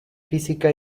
física